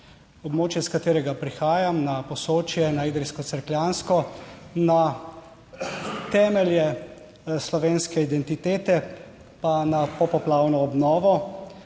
območje s katerega prihajam, na Posočje, na Idrijsko-Cerkljansko, na temelje slovenske identitete pa na popoplavno obnovo.